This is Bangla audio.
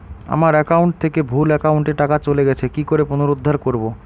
আমার একাউন্ট থেকে ভুল একাউন্টে টাকা চলে গেছে কি করে পুনরুদ্ধার করবো?